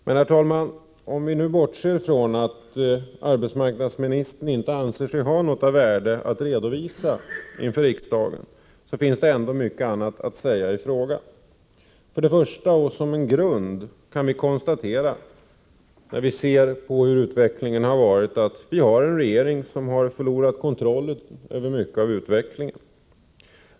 Men, herr talman, jag bortser från att arbetsmarknadsministern inte anser sig ha något av värde att redovisa inför riksdagen, för det finns ändå mycket att säga i frågan. Till att börja med kan vi mot bakgrund av vad som hittills åstadkommits konstatera att vi har en regering som har förlorat kontrollen över mycket av utvecklingen.